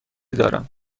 دارم